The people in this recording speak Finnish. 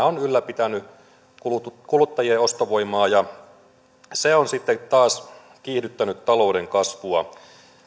on ylläpitänyt kuluttajien ostovoimaa se on sitten taas kiihdyttänyt talouden kasvua